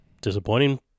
disappointing